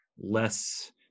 less